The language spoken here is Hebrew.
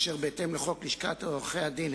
אשר בהתאם לחוק לשכת עורכי הדין,